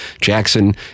Jackson